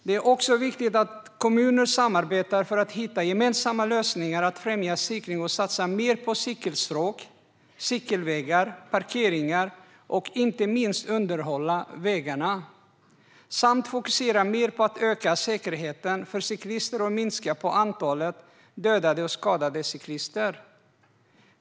Det är också viktigt att kommuner samarbetar för att hitta gemensamma lösningar för att främja cykling och satsa mer på cykelstråk, cykelvägar, parkeringar och inte minst på att underhålla vägarna samt att fokusera mer på att öka säkerheten för cyklister och minska antalet dödade och skadade cyklister.